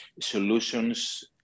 solutions